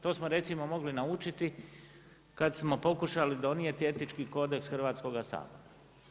To smo recimo mogli naučiti, kad smo pokušali donijeti etički kodeks Hrvatskoga sabora.